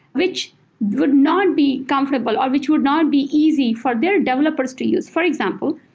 which would not be comfortable or which would not be easy for their developers to use. for example,